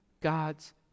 God's